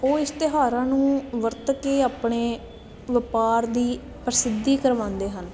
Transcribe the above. ਉਹ ਇਸ਼ਤਿਹਾਰਾਂ ਨੂੰ ਵਰਤ ਕੇ ਆਪਣੇ ਵਪਾਰ ਦੀ ਪ੍ਰਸਿੱਧੀ ਕਰਵਾਉਂਦੇ ਹਨ